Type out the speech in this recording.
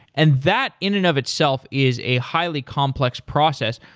and that in and of itself is a highly complex process,